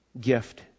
gift